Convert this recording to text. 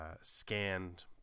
scanned